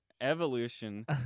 Evolution